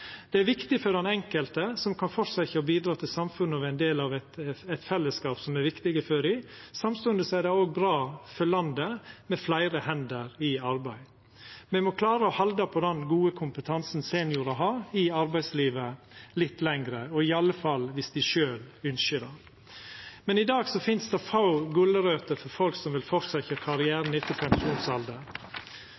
er viktig for den enkelte som kan fortsetja å bidra til samfunnet og vera ein del av eit fellesskap som er viktig for dei, samstundes er det òg bra for landet med fleire hender i arbeid. Me må klara å halda på den gode kompetansen seniorar har i arbeidslivet litt lenger – og i alle fall om dei sjølve ynskjer det. Men i dag finst det få gulrøter for folk som vil